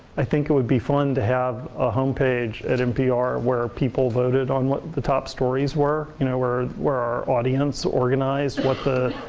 i think it would be fun to have a homepage at npr where people voted on what the top stories were. you know, where our audience organized what the,